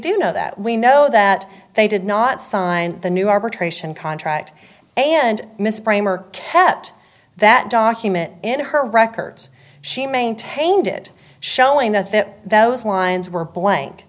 do know that we know that they did not sign the new arbitration contract and miss bramer kept that document in her records she maintained it showing that those lines were blank